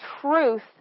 Truth